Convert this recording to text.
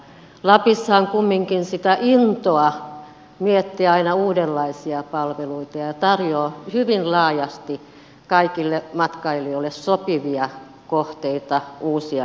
lapissa on kumminkin sitä intoa miettiä aina uudenlaisia palveluita ja se tarjoaa hyvin laajasti kaikille matkailijoille sopivia kohteita uusia elämyksiä